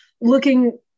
looking